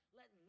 let